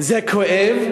זה כואב,